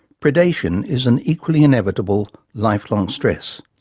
predation is an equally inevitable, life-long stress.